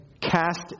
cast